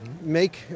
make